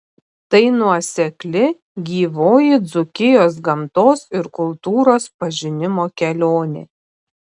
tai nuosekli gyvoji dzūkijos gamtos ir kultūros pažinimo kelionė